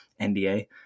nda